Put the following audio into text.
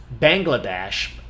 Bangladesh